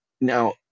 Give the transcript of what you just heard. Now